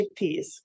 chickpeas